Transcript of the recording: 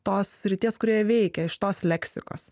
tos srities kurioje veikia iš tos leksikos